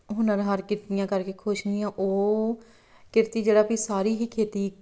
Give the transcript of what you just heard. ਹੁਨਰ ਹਾਰ ਕਿਰਤੀਆਂ ਕਰਕੇ ਖੁਸ਼ ਨਹੀਂ ਆ ਉਹ ਕਿਰਤੀ ਜਿਹੜਾ ਵੀ ਸਾਰੀ ਹੀ ਖੇਤੀ